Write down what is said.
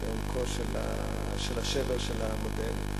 לעומקו של השבר של המודל,